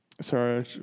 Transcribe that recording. sorry